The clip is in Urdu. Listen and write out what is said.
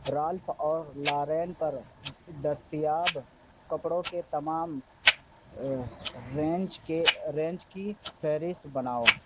رالف اور لارین پر دستیاب کپڑوں کے تمام رینج کے رینچ کی فہرست بناؤ